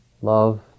Love